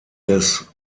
des